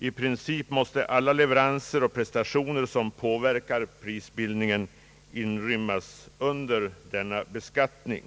I princip måste alla leveranser och prestationer som påverkar prisbildningen inrymmas under denna beskattning.